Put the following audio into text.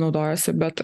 naudojasi bet